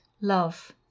love